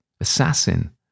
Assassin